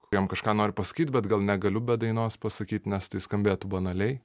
kuriem kažką noriu pasakyt bet gal negaliu be dainos pasakyt nes tai skambėtų banaliai